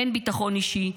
אין ביטחון אישי,